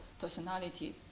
personality